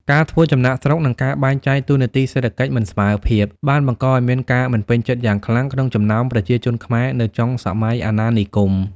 ការធ្វើចំណាកស្រុក និងការបែងចែកតួនាទីសេដ្ឋកិច្ចមិនស្មើភាព បានបង្កឱ្យមានការមិនពេញចិត្តយ៉ាងខ្លាំងក្នុងចំណោមប្រជាជនខ្មែរនៅចុងសម័យអាណានិគម។